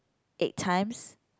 eight times